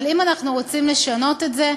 אבל אם אנחנו רוצים לשנות את זה,